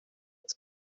its